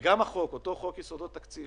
וגם החוק, אותו חוק יסודות התקציב